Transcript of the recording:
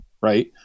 right